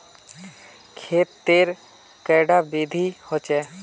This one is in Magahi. खेत तेर कैडा विधि होचे?